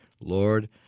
lord